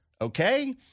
okay